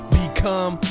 become